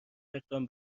اقدام